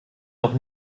noch